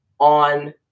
on